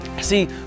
See